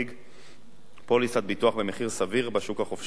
פוליסת ביטוח במחיר סביר בשוק החופשי.